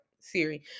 Siri